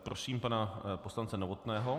Prosím pana poslance Novotného.